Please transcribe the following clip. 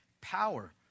power